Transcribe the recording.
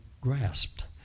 grasped